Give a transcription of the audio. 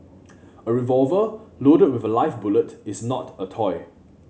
a revolver loaded with a live bullet is not a toy